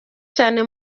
cyane